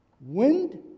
Wind